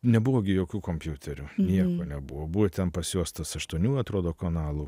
nebuvo gi jokių kompiuterių nieko nebuvo buvo ten pas juos tas aštuonių atrodo kanalų